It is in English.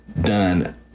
done